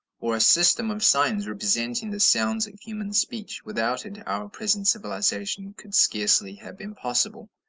or a system of signs representing the sounds of human speech. without it our present civilization could scarcely have been possible.